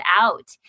out